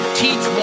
teach